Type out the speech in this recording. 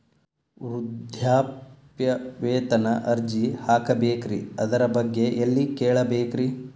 ವೃದ್ಧಾಪ್ಯವೇತನ ಅರ್ಜಿ ಹಾಕಬೇಕ್ರಿ ಅದರ ಬಗ್ಗೆ ಎಲ್ಲಿ ಕೇಳಬೇಕ್ರಿ?